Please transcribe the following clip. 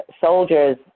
soldiers